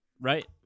Right